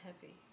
heavy